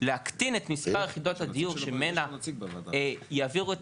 להקטין את מספר יחידות הדיור שבו יעבירו את